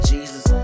Jesus